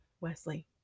Wesley